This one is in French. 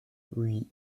oui